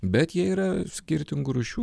bet jie yra skirtingų rūšių